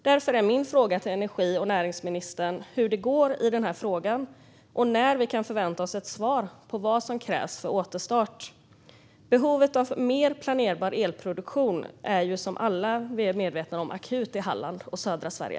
Därför är min fråga till energi och näringsministern hur det går med den här frågan och när vi kan förvänta oss ett svar på vad som krävs för återstart. Behovet av mer planerbar elproduktion är ju, som vi alla är medvetna om, akut i Halland och södra Sverige.